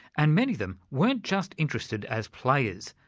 and many of them weren't just interested as players,